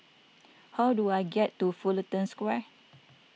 how do I get to Fullerton Square